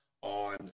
on